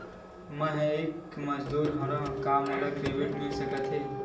मैं ह एक मजदूर हंव त का मोला क्रेडिट मिल सकथे?